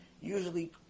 usually